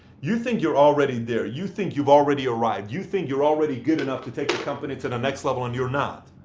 you think you're already there. you think you've already arrived. you think you're already good enough to take the company to the next level and you're not.